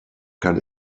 kann